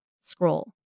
scroll